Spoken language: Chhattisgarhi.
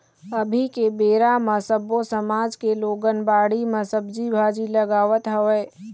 अभी के बेरा म सब्बो समाज के लोगन बाड़ी म सब्जी भाजी लगावत हवय